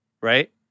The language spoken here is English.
right